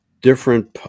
different